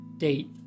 Date